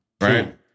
Right